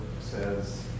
says